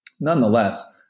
nonetheless